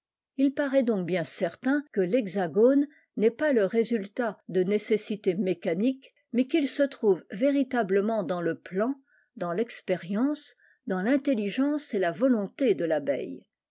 il paraît donc bien certain que thexagone n'est pas le résultat de nécessités mécaniques mais qu'il se trouve véritablement dans le plan dans l'expérience dans tintelligence et la volonté de l'abeille